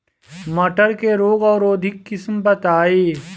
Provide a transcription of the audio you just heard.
मटर के रोग अवरोधी किस्म बताई?